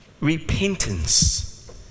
repentance